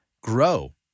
Grow